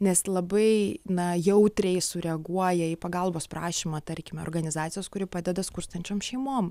nes labai na jautriai sureaguoja pagalbos prašymą tarkime organizacijos kur jau padeda skurstančiom šeimom